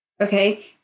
okay